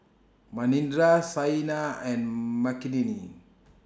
Manindra Saina and Makineni